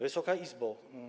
Wysoka Izbo!